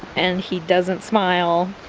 and he doesn't smile